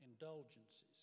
indulgences